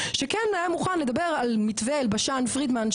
שכן היה מוכן לדבר על מתווה אלבשן פרידמן,